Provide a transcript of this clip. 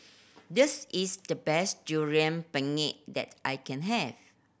this is the best Durian Pengat that I can have